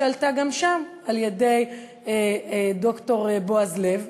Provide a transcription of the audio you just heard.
שעלתה גם שם על-ידי ד"ר בועז לב,